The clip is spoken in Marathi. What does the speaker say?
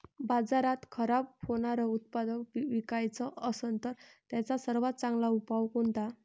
बाजारात खराब होनारं उत्पादन विकाच असन तर त्याचा सर्वात चांगला उपाव कोनता?